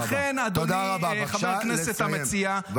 ולכן, אדוני, חבר הכנסת המציע -- תודה רבה.